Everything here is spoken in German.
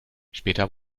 später